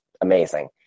amazing